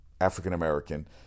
African-American